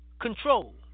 control